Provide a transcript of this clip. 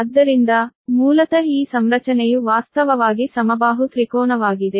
ಆದ್ದರಿಂದ ಮೂಲತಃ ಈ ಸಂರಚನೆಯು ವಾಸ್ತವವಾಗಿ ಸಮಬಾಹು ತ್ರಿಕೋನವಾಗಿದೆ